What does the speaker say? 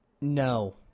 No